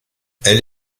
elle